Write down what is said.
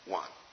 one